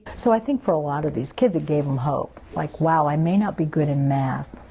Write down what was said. so i think for a lot of these kids, it gave them hope. like, wow, i may not be good in math,